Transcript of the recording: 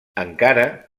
encara